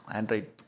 Android